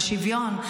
על שוויון.